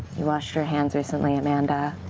you washed your hands recently, amanda?